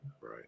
Right